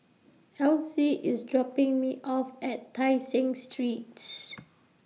Alcee IS dropping Me off At Tai Seng Street